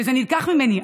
וזה נלקח ממני.